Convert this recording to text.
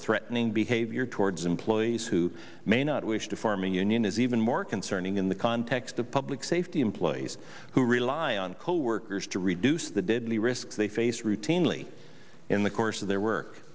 threatening behavior towards employees who may not wish to form a union is even more concerning in the context of public safety employees who rely on coworkers to reduce the deadly risk they face routinely in the course of their work